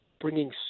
bringing